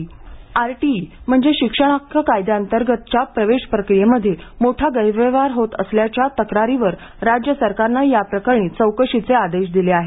RTE प्रवेश RTE म्हणजे शिक्षण हक्क कायद्यांतर्गतच्या प्रवेश प्रक्रियेमध्ये मोठा गैरव्यवहार होत असल्याची तक्रारीवर राज्य सरकारने या प्रकरणी चौकशीचे आदेश दिले आहे